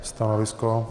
Stanovisko?